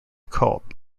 called